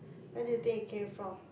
where do you take it from